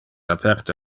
aperte